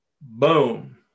Boom